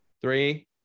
Three